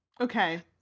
Okay